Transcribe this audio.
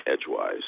Edgewise